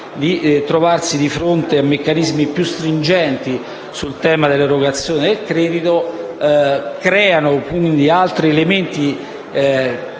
di trovarsi di fronte a meccanismi più stringenti sul tema dell'erogazione del credito, crea altri elementi